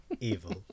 evil